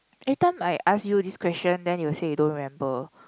every time I ask you this question then you will say you don't remember